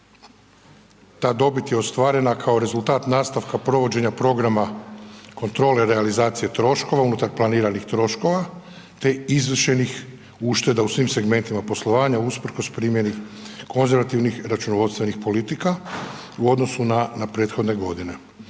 ta dobit je ostvarena kao rezultat nastavka provođenja programa kontrole realizacije troškova unutar planiranih troškova, te izvršenih ušteda u svim segmentima poslovanja usprkos primjeni konzervativnih računovodstvenih politika u odnosu na, na prethodne godine.